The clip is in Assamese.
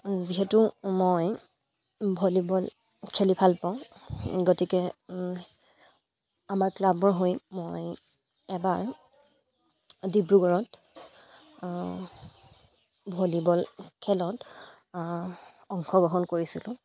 যিহেতু মই ভলীবল খেলি ভাল পাওঁ গতিকে আমাৰ ক্লাবৰ হৈ মই এবাৰ ডিব্ৰুগড়ত ভলীবল খেলত অংশগ্ৰহণ কৰিছিলোঁ